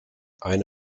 eine